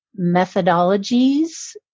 methodologies